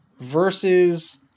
versus